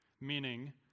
meaning